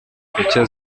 gucya